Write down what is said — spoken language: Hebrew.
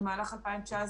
במהלך 2019,